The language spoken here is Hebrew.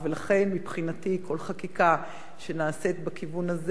לכן כל חקיקה שנעשית בכיוון הזה,